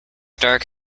dark